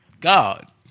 God